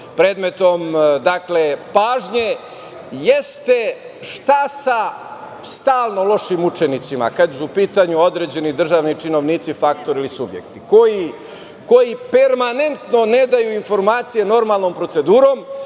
predmet pažnje jeste šta sa stalno lošim učenicima, kada su u pitanju određeni državni činovnici, faktori ili subjekti, koji permanentno ne daju informacije normalnom procedurom,